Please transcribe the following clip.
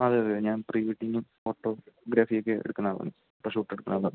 അതെ അതെ ഞാന് പ്രീ വെഡ്ഡിംഗും ഫോട്ടോഗ്രഫിയുമൊക്കെ എടുക്കുന്നയാളാണ് ഷൂട്ടെടുക്കുന്നയാളാണ്